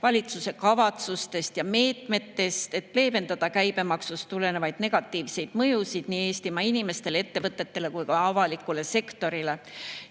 valitsuse kavatsustest ja meetmetest, et leevendada käibemaksust tulenevaid negatiivseid mõjusid Eestimaa inimestele, ettevõtetele ja avalikule sektorile.